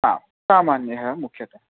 आ सामान्यः मुख्यतः